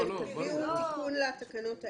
תביאו תיקון לתקנות האלה?